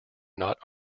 not